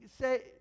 say